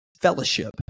fellowship